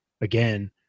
again